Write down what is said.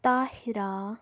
طاہِراہ